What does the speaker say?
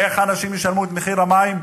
איך אנשים ישלמו את מחיר המים?